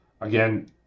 again